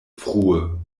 frue